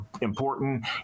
important